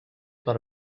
per